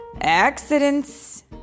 accidents